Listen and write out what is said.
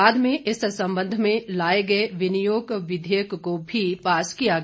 बाद में इस संबंध में लाए गए विनियोग विधेयक को भी पास किया गया